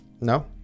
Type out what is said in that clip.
no